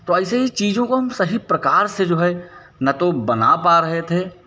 तो ऐसे ही चीज़ों को हम सही प्रकार से जो है ना तो बना पा रहे थे